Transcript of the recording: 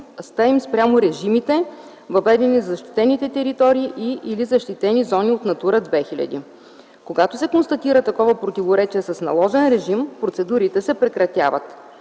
им спрямо режимите, въведени в защитените територии и/или защитени зони от „Натура 2000”. Когато се констатира такова противоречие с наложен режим, процедурите се прекратяват.